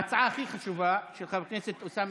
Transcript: ההצעה להעביר את הצעת חוק ההוצאה לפועל